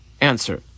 answer